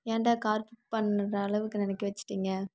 ஏன்டா car book பண்ணுற அளவுக்கு நினைக்க வச்சுட்டிங்க